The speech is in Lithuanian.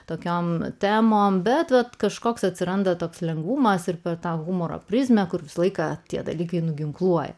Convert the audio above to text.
tokiom temom bet kažkoks atsiranda toks lengvumas ir per tą humoro prizmę kur visą laiką tie dalykai nuginkluoja